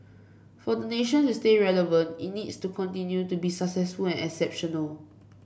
for the nation to stay relevant it needs to continue to be successful and exceptional